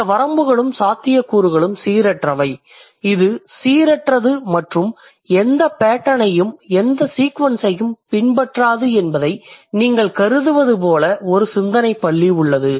இந்த வரம்புகளும் சாத்தியக்கூறுகளும் சீரற்றவை இது சீரற்றது மற்றும் எந்த பேட்டர்னையும் எந்த சீக்வன்ஸையும் பின்பற்றாது என்பதை நீங்கள் கருதுவது போல ஒரு சிந்தனைப் பள்ளி உள்ளது